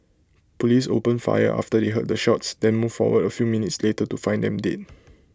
Police opened fire after they heard the shots then moved forward A few minutes later to find them dead